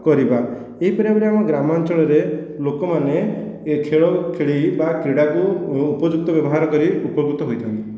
କରିବା ଏହିପରି ଭାବରେ ଆମ ଗ୍ରାମାଞ୍ଚଳରେ ଲୋକମାନେ ଏହି ଖେଳ ଖେଳି ବା କ୍ରୀଡ଼ାକୁ ଉପଯୁକ୍ତ ବ୍ୟବହାର କରି ଉପକୃତ ହୋଇଥାନ୍ତି